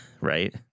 Right